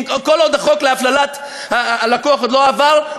כל עוד החוק להפללת הלקוח עוד לא עבר,